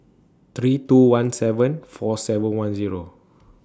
three two one seven four seven one Zero